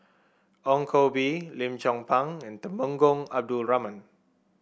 Ong Koh Bee Lim Chong Pang and Temenggong Abdul Rahman